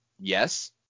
yes